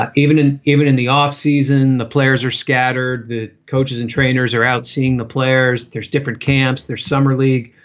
even in even in the off season, the players are scattered. the coaches and trainers are out seeing the players. there's different camps. there's summer league.